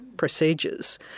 procedures